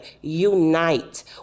unite